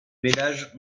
ménages